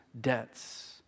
debts